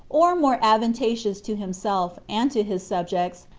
or more advantageous to himself, and to his subjects,